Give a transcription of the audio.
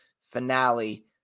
finale